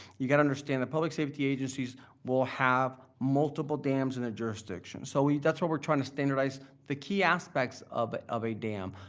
you gotta understand, the public safety agencies will have multiple dams in a jurisdiction. so that's why we're trying to standardize the key aspects of of a dam.